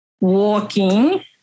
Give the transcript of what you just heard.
walking